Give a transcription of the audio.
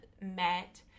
met